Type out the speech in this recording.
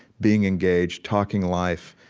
being engaged, talking life,